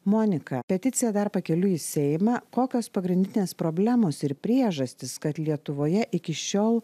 monika peticija dar pakeliui į seimą kokios pagrindinės problemos ir priežastys kad lietuvoje iki šiol